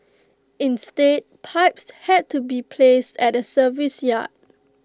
instead pipes had to be placed at the service yard